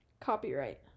copyright